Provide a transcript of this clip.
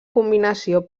combinació